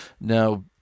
now